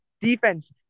defense